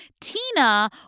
Tina